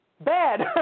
bad